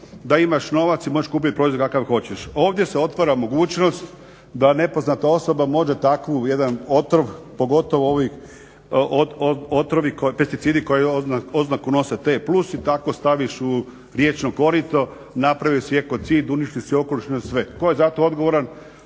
da imaš novac i možeš kupiti proizvod kakav hoćeš. Ovdje se otvara mogućnost da nepoznata osoba može takav jedan otrov pogotovo ovi otrovi, pesticidi koji oznaku nose t plus i tako staviš u riječno korito, napravio si ekocid, uništio si okoliš, uništio si sve. Pa tko je za to odgovoran?